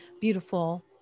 beautiful